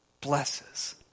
blesses